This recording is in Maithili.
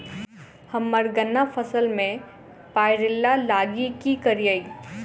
हम्मर गन्ना फसल मे पायरिल्ला लागि की करियै?